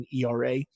ERA